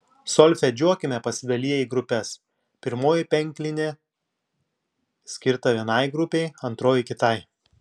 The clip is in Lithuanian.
solfedžiuokime pasidaliję į grupes pirmoji penklinė skirta vienai grupei antroji kitai